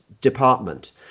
department